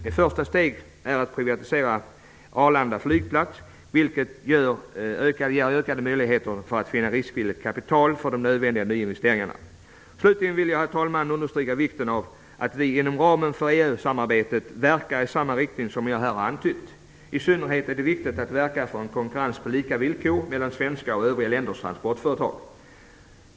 Ett första steg är att privatisera Arlanda flygplats, vilket ger ökade möjligheter att finna riskvilligt kapital för de nödvändiga nyinvesteringarna. Slutligen, herr talman, vill jag understryka vikten av att vi inom ramen för EU-samarbetet verkar i samma riktning som jag här har antytt. I synnerhet är det viktigt att verka för en konkurrens på lika villkor mellan svenska och övriga länders transportföretag.